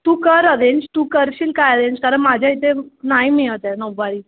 तू कर अरेंज तू करशील का ॲरेंज कारण माझ्या इथे नाही मिळत आहे नऊवारी